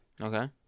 Okay